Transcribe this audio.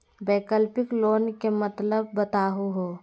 वैकल्पिक लोन के मतलब बताहु हो?